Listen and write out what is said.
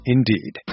Indeed